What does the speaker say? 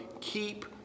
keep